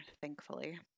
Thankfully